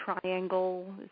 triangle